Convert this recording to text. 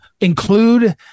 include